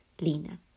Lina